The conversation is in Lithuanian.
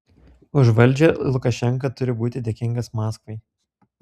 už valdžią lukašenka turi būti dėkingas maskvai